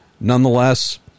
Nonetheless